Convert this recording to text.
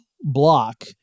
block